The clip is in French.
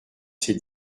ces